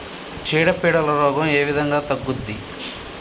చీడ పీడల రోగం ఏ విధంగా తగ్గుద్ది?